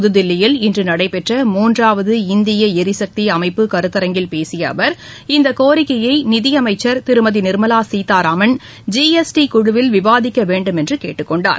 புத்தில்லியில் இன்று நடைபெற்ற மூன்றாவது இந்திய எரிசக்தி அமைப்பு கருத்தரங்கில் பேசிய அவர் இந்த கோரிக்கையை நிதி அமைச்சர் திருமதி நிர்மலா சீதாராமன் ஜிஎஸ்டி குழுவில் விவாதிக்க வேண்டும் என்று கேட்டுக்கொண்டார்